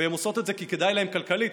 והן עשות את זה כי כדאי להן כלכלית,